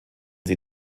sie